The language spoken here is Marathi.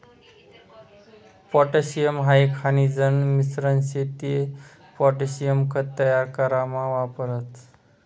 पोटॅशियम हाई खनिजन मिश्रण शे ते पोटॅशियम खत तयार करामा वापरतस